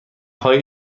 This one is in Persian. های